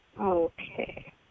Okay